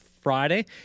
Friday